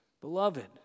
Beloved